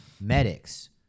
medics